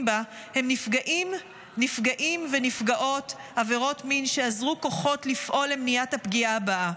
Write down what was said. בה הם נפגעי ונפגעות עבירות מין שאזרו כוחות לפעול למניעת הפגיעה הבאה.